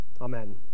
Amen